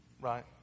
right